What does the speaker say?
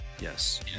Yes